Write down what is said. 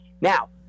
Now